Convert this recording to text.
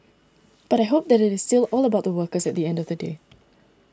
but I hope that it is still all about the workers at the end of the day